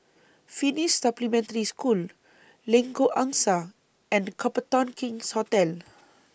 Finnish Supplementary School Lengkok Angsa and Copthorne King's Hotel